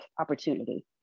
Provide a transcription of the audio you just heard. opportunity